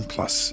Plus